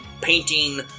painting